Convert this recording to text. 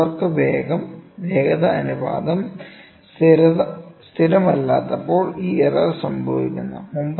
tool work വേഗത അനുപാതം സ്ഥിരമല്ലാത്തപ്പോൾ ഈ എറർ സംഭവിക്കുന്നു